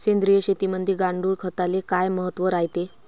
सेंद्रिय शेतीमंदी गांडूळखताले काय महत्त्व रायते?